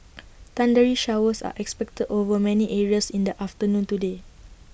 thundery showers are expected over many areas in the afternoon today